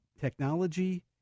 technology